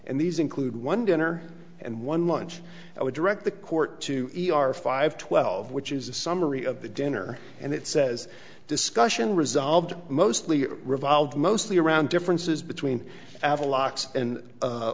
and these include one dinner and one lunch i would direct the court to e r five twelve which is a summary of the dinner and it says discussion resolved mostly revolve mostly around differences